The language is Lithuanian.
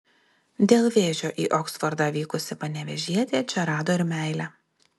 dėl vėžio į oksfordą vykusi panevėžietė čia rado ir meilę